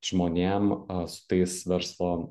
žmonėm su tais verslo